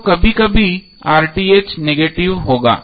तो कभी कभी नेगेटिव होगा